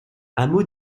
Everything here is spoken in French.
hameau